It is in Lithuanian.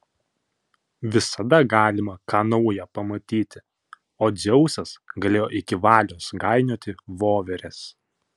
visada galima ką nauja pamatyti o dzeusas galėjo iki valios gainioti voveres